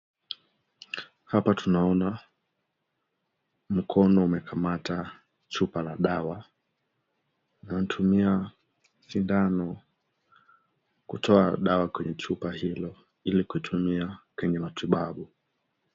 Hapa tunaona mkono umekamata chupa la dawa, inatumia sindano kutowa dawa kwenye chupa hilo ili kutumia kwenye matibabu.